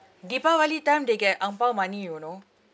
deepavali time they get ang pow money you know